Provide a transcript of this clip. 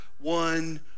one